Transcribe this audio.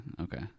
okay